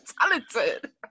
talented